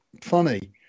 funny